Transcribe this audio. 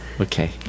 Okay